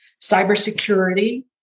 cybersecurity